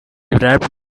wrapped